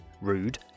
rude